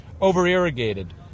Over-irrigated